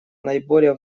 наиболее